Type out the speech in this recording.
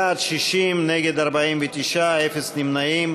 בעד, 60, נגד, 49, אין נמנעים.